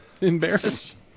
Embarrassed